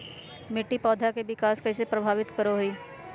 मिट्टी पौधा के विकास के कइसे प्रभावित करो हइ?